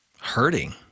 hurting